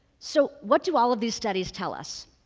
so, what do all of these studies tell us?